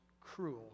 cruel